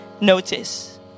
notice